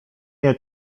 nie